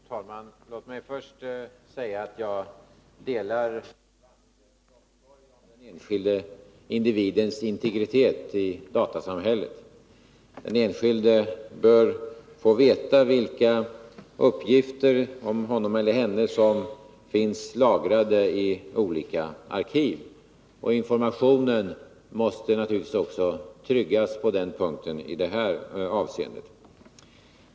Fru talman! Låt mig först säga att jag delar Ylva Annerstedts omsorg om den enskilde individens integritet i datasamhället. Den enskilde bör få veta vilka uppgifter om honom eller henne som finns lagrade i olika arkiv. Informationen måste naturligtvis också tryggas i det avseendet.